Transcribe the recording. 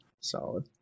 Solid